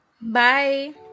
Bye